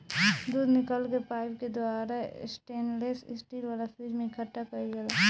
दूध निकल के पाइप के द्वारा स्टेनलेस स्टील वाला फ्रिज में इकठ्ठा कईल जाला